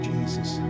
Jesus